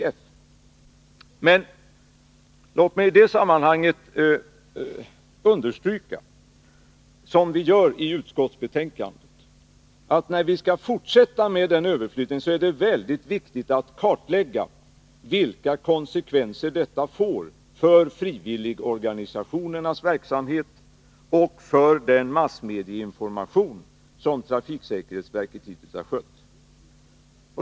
Men låt mig i det sammanhanget understryka, som vi gör i utskottsbetänkandet, att när vi skall fortsätta med en överflyttning är det väldigt viktigt att kartlägga vilka konsekvenser denna får för frivilligorganisationernas verksamhet och för den massmedieinformation som trafiksäkerhetsverket hittills har skött.